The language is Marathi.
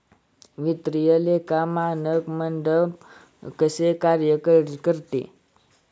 वित्तीय लेखा मानक मंडळ कसे कार्य करते?